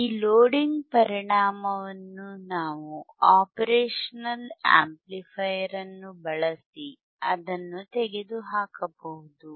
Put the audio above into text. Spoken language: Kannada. ಈ ಲೋಡಿಂಗ್ ಪರಿಣಾಮವನ್ನು ನಾವು ಆಪರೇಷನಲ್ ಆಂಪ್ಲಿಫೈಯರ್ ಅನ್ನು ಬಳಸಿ ಅದನ್ನು ತೆಗೆದುಹಾಕಬಹುದು